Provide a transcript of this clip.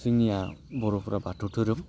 जोंनिया बर'फोरा बाथौ धोरोम